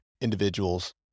individuals